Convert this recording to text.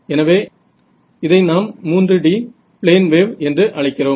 எனவே இதை நாம் 3D பிளேன் வேவ் என்று அழைக்கிறோம்